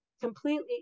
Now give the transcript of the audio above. completely